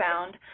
found